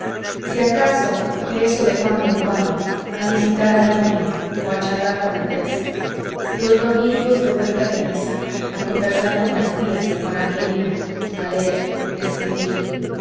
si acaso y eso de cuando en cuando a visitar al dómine o a charlar con andrés los domingos de vuelta de misa a conversar con las tías y con angelina a leer a escribir